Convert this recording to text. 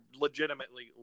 legitimately